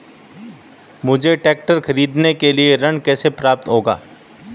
मुझे ट्रैक्टर खरीदने के लिए ऋण कैसे प्राप्त होगा?